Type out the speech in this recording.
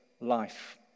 life